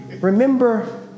Remember